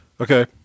okay